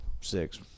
six